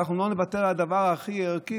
אבל אנחנו לא נוותר על הדבר הכי ערכי,